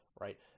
right